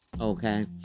okay